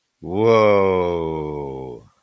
whoa